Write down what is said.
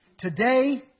Today